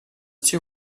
two